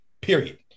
period